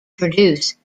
produce